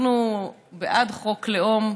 אנחנו בעד חוק לאום,